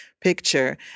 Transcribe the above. picture